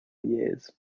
years